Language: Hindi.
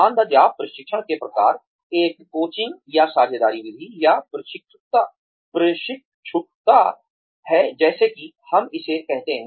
ऑन द जॉब प्रशिक्षण के प्रकार एक कोचिंग या समझदारी विधि या प्रशिक्षुता है जैसा कि हम इसे कहते हैं